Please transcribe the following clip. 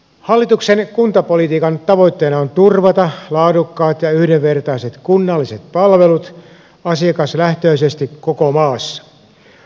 hallituksen kuntapolitiikan tavoitteena on turvata laadukkaat ja yhdenvertaiset kunnalliset palvelut asiakaslähtöisesti koko maassa